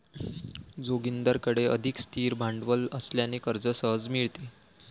जोगिंदरकडे अधिक स्थिर भांडवल असल्याने कर्ज सहज मिळते